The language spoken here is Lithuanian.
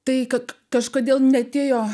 tai kad kažkodėl neatėjo